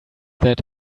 that